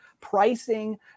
pricing